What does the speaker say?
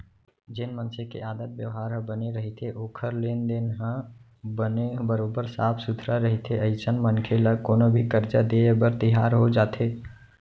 जेन मनसे के आदत बेवहार ह बने रहिथे ओखर लेन देन ह बने बरोबर साफ सुथरा रहिथे अइसन मनखे ल कोनो भी करजा देय बर तियार हो जाथे